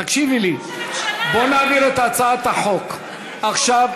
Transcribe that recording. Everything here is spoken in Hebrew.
תקשיבי לי: בואו נעביר את הצעת החוק עכשיו.